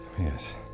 Yes